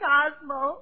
Cosmo